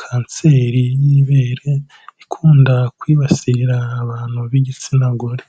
kanseri y'ibere, ikunda kwibasira abantu b'igitsina gore.